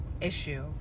issue